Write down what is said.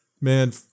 Man